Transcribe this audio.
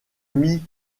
mis